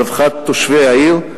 לרווחת תושבי העיר,